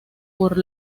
por